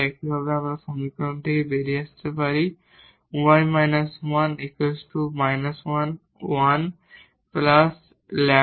একইভাবে আমরা এই সমীকরণ থেকে বেরিয়ে আসতে পারি y − 1 1 1λ